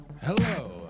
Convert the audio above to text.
Hello